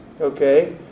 okay